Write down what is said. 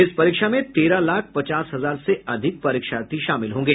इस परीक्षा में तेरह लाख पचास हजार से अधिक परीक्षार्थी शामिल होंगे